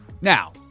Now